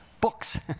Books